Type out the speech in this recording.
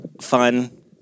fun